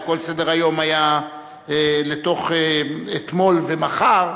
וכל סדר-היום היה לתוך אתמול ומחר,